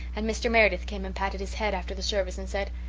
and mr. meredith came and patted his head after the service and said,